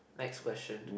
next question